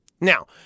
Now